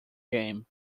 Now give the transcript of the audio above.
game